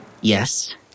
Yes